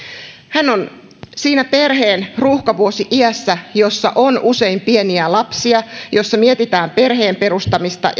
hän on siinä perheen ruuhkavuosi iässä jossa on usein pieniä lapsia jossa mietitään perheen perustamista